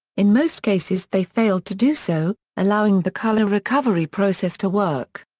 in most cases they failed to do so, allowing the colour recovery process to work.